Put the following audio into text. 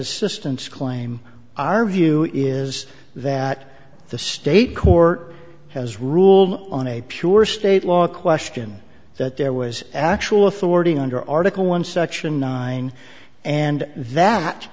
assistance claim our view is that the state court has ruled on a pure state law question that there was actual authority under article one section nine and that